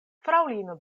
fraŭlino